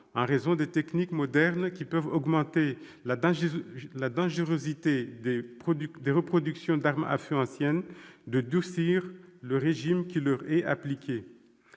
en raison des techniques modernes qui peuvent augmenter la dangerosité des reproductions d'armes à feu anciennes, de durcir le régime qui leur est appliqué.